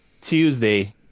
tuesday